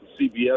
CBS